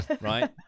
Right